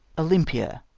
olympia,